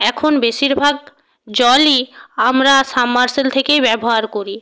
এখন বেশিরভাগ জলই আমরা সাবমেরসিবেল থেকেই ব্যবহার করি